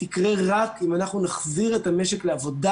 תקרה רק אם אנחנו נחזיר את המשק לעבודה,